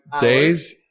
days